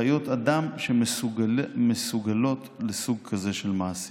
חיות אדם שמסוגלות לסוג כזה של מעשים.